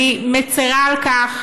אני מצרה על כך,